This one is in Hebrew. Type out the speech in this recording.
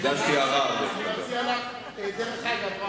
הגשתי ערר, דרך אגב.